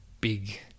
big